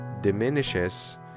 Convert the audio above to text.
diminishes